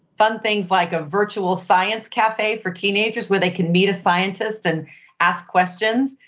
fun things like a virtual science cafe for teenagers where they can meet a scientist and ask questions.